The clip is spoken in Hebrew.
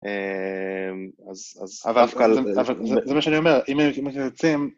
אבל זה מה שאני אומר, אם אתם רוצים...